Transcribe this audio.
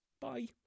Bye